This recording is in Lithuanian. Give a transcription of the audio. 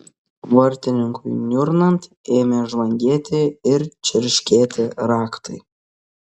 vartininkui niurnant ėmė žvangėti ir čerškėti raktai